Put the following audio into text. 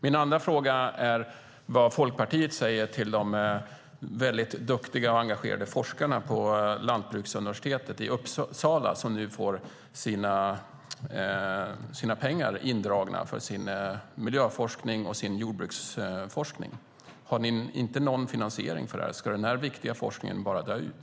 Min andra fråga är vad Folkpartiet säger till de väldigt duktiga och engagerade forskare på Lantbruksuniversitetet i Uppsala som nu får sina pengar indragna för sin miljöforskning och sin jordbruksforskning. Har ni inte någon finansiering för detta? Ska denna viktiga forskning bara dö ut?